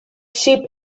sheep